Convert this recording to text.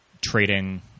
trading